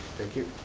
thank you.